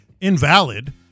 invalid